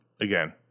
again